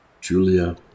Julia